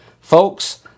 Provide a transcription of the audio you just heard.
Folks